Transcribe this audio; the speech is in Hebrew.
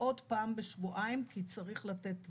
הכרעות פעם בשבועיים כי צריך לתת טווח,